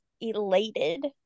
elated